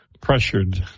pressured